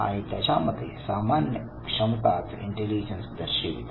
आणि त्याच्या मते सामान्य क्षमताच इंटेलिजन्स दर्शविते